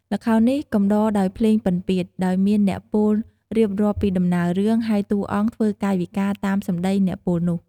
ល្ខោននេះកំដរដោយភ្លេងពិណពាទ្យ ដោយមានអ្នកពោលរៀបរាប់ពីដំណើររឿង ហើយតួអង្គធ្វើកាយវិការតាមសម្ដីអ្នកពោលនោះ។